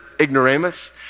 ignoramus